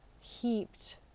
heaped